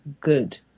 good